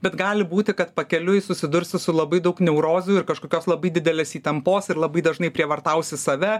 bet gali būti kad pakeliui susidursi su labai daug neurozių ir kažkokios labai didelės įtampos ir labai dažnai prievartausi save